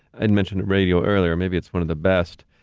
and mentioned radio earlier, maybe it's one of the best,